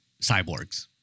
cyborgs